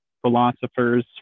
philosophers